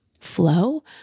flow